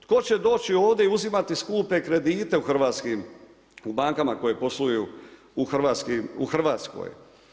Tko će doći ovdje i uzimati skupe kredite u hrvatskim, u bankama koje posluju u Hrvatskoj?